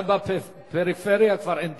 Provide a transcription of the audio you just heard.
גם בפריפריה כבר אין דירות.